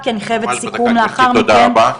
תודה רבה.